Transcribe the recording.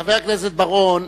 חבר הכנסת בר-און,